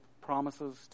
promises